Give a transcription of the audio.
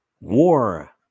war